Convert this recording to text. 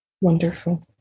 Wonderful